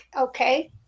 okay